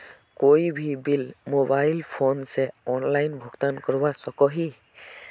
कोई भी bill mobile phone से ऑनलाइन भुगतान करवा सकोहो ही?